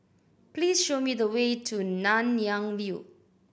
please show me the way to Nanyang View